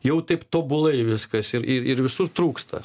jau taip tobulai viskas ir ir ir visur trūksta